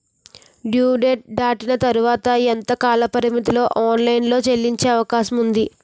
Due date దాటిన తర్వాత ఎంత కాలపరిమితిలో ఆన్ లైన్ లో చెల్లించే అవకాశం వుంది?